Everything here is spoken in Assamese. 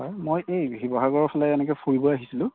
হয় মই এই শিৱসাগৰ ফালে এনেকে ফুৰিবই আহিছিলোঁ